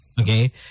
Okay